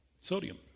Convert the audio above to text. sodium